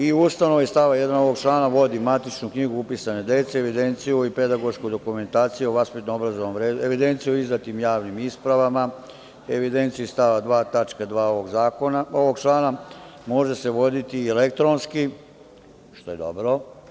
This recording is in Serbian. I ustanove iz stava 1. ovog člana, vodi matičnu knjigu upisane dece, evidenciju i pedagošku dokumentaciju o vaspitno-obrazovnom, evidenciju o izdatim javnim ispravama, evidenciju iz stava 2. tačke 2. ovog člana, može se voditi i elektronski, što je dobro.